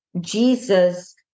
Jesus